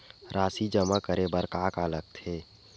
राशि जमा करे बर का का लगथे?